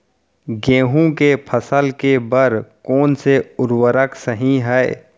गेहूँ के फसल के बर कोन से उर्वरक सही है?